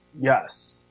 Yes